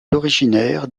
originaire